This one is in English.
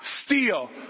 steal